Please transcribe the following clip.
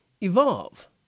evolve